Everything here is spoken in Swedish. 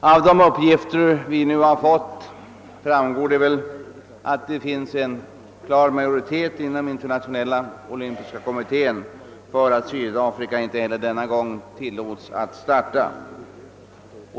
Av de uppgifter vi nu har fått framgår att det väl finns en klar majoritet inom «Internationella olympiska kommittén för att Sydafrika inte heller denna gång tillåts att starta i